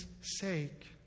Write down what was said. sake